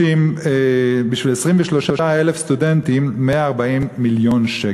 בשביל 23,000 סטודנטים 140 מיליון שקל.